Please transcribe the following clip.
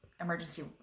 emergency